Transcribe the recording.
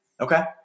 Okay